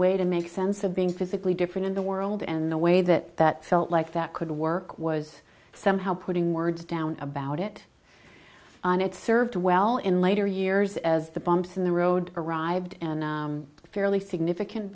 way to make sense of being physically different in the world and the way that that felt like that could work was somehow putting words down about it and it served well in later years as the bumps in the road arrived and a fairly significant